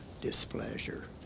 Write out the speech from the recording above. displeasure